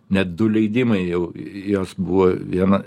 net du leidimai jau jos buvo viena